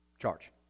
charge